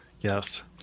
Yes